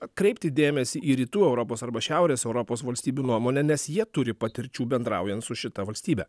atkreipti dėmesį į rytų europos arba šiaurės europos valstybių nuomonę nes jie turi patirčių bendraujant su šita valstybe